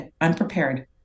unprepared